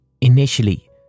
initially